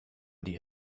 die